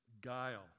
guile